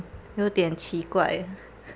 有点奇怪